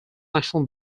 national